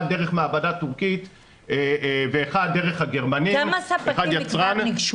אחד דרך מעבדה טורקית ואחד דרך הגרמנים --- כמה ספקים כבר ניגשו?